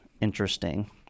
interesting